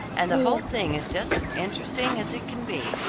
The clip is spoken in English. and the whole thing is just as interesting as it can be.